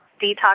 detox